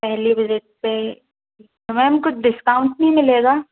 पहली विज़िट पे मैम कुछ डिस्काउंट नहीं मिलेगा